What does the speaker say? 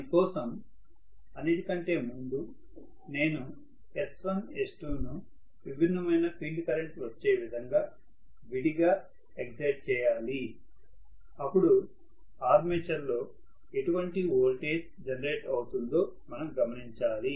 దాని కోసం అన్నిటి కంటే ముందు నేను S1 S2 ను విభిన్నమైన ఫీల్డ్ కరెంట్ వచ్చేవిధంగా విడిగా ఎగ్జైటె చేయాలి అపుడు ఆర్మేచర్ లో ఎటువంటి వోల్టేజ్ జనెరేట్ అవుతుందో మనం గమనించాలి